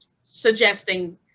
suggesting